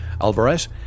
Alvarez